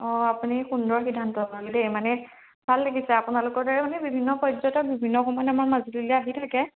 অঁ আপুনি সুন্দৰ সিদ্ধান্ত ল'লে দেই মানে ভাল লাগিছে আপোনালোকৰ যে মানে বিভিন্ন পৰ্যটক বিভিন্ন সময়ত আমাৰ মাজুলীলৈ আহি থাকে